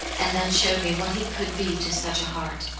and then showed me what he could be to such a heart.